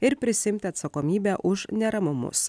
ir prisiimti atsakomybę už neramumus